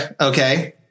Okay